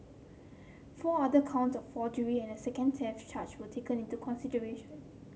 four other counts of forgery and a second theft charge were taken into consideration